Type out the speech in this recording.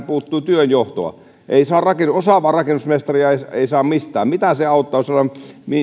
puuttuu työnjohtoa osaavaa rakennusmestaria ei saa mistään mitä se auttaa jos siellä